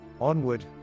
Onward